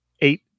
Eight